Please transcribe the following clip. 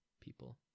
people